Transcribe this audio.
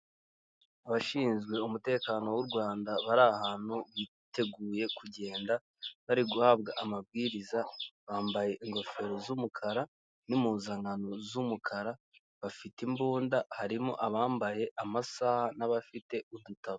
Abashinzwe umutekano w'u rwanda bari ahantu biteguye kugenda bari guhabwa amabwiriza bambaye ingofero z'umukara n'impuzankano z'umukara bafite imbunda harimo abambaye amasaha n'abafite udutabo .